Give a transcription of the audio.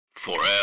FOREVER